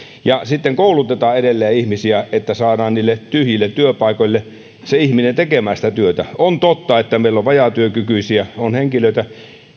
ja koulutetaan edelleen ihmisiä että saadaan niille tyhjille työpaikoille ihminen tekemään sitä työtä on totta että meillä on vajaatyökykyisiä on henkilöitä